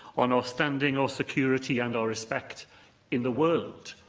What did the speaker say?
on our standing, our security and our respect in the world.